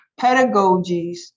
pedagogies